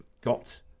got